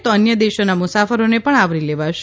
તો અન્ય દેશોના મુસાફરોને પણ આવરી લેવાશે